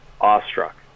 awestruck